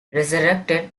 resurrected